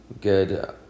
good